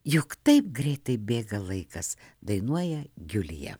juk taip greitai bėga laikas dainuoja julija